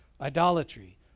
idolatry